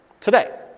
today